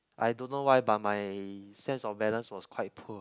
I don't know why but my sense of balance was quite poor